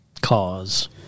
Cause